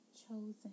chosen